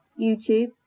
YouTube